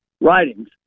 writings